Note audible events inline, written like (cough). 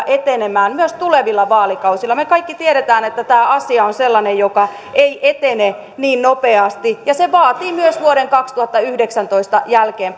(unintelligible) etenemään myös tulevilla vaalikausilla me kaikki tiedämme että tämä asia on sellainen joka ei etene niin nopeasti ja vaatii myös vuoden kaksituhattayhdeksäntoista jälkeen (unintelligible)